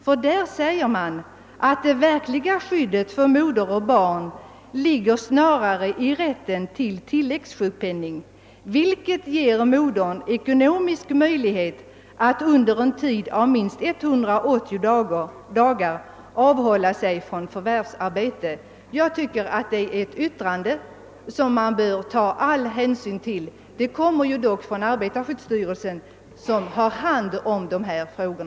I detta framhålles nämligen att det verkliga skyddet för moder och barn snarast ligger i rätten till tilläggssjukpenning, vilken under en tid av minst 180 dagar ger modern ekonomisk möjlighet att avhålla sig från förvärvsarbete. Detta är enligt min mening ett yttrande som man bör ta all hänsyn till. Det kommer dock från arbetarskyddsstyrelsen som handhar dessa frågor.